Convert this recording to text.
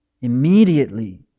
immediately